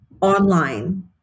online